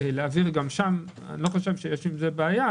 להבהיר גם שם, אני חושב שאין עם זה בעיה.